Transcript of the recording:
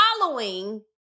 following